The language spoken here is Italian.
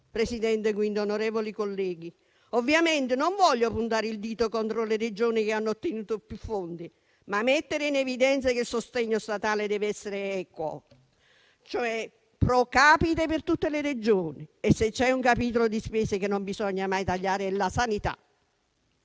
Presidente, onorevoli colleghi, ovviamente non intendo puntare il dito contro le Regioni che hanno ottenuto più fondi, ma mettere in evidenza che il sostegno statale dev'essere equo, cioè *pro capite* per tutte le Regioni, e se c'è un capitolo di spesa che non bisogna mai tagliare è quello